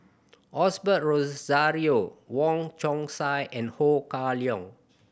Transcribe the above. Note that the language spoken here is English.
Osbert Rozario Wong Chong Sai and Ho Kah Leong